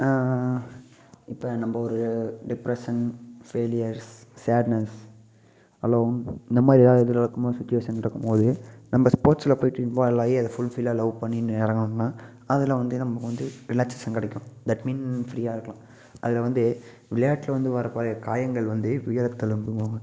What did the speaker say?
இப்போ நம்ப ஒரு டிப்ரெஷன் ஃபெய்லியர்ஸ் சேட்னஸ் அலோன் இந்தமாதிரி எதாவது இதில் இருக்கும்போது சுவிட்சுவேஷன் இருக்கும்போது நம்ப ஸ்போர்ட்ஸில் போயிவிட்டு இன்வால்வ் ஆயி அது ஃபுல்ஃபிலாக லவ் பண்ணி இறங்காமல் அதில் வந்து நமக்கு வந்து ரிலாக்ஸ்சேஷன் கிடைக்கும் தட் மீன் ஃப்ரீயாக இருக்கலாம் அதுல வந்து விளையாட்டில வந்து வரக்கூடிய காயங்கள் வந்து வீரத் தழும்புனுவாங்க